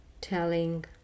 telling